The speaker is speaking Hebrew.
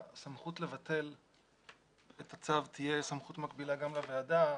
שהסמכות לבטל את הצו תהיה סמכות מקבילה גם לוועדה.